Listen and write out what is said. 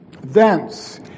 thence